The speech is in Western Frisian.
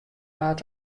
waard